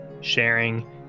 sharing